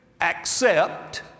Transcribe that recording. accept